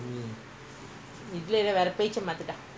நான்வேலசெஞ்சிஅந்தகாலத்துலவேலசெஞ்சி:naan vaela senji antha kaalathula vaela senji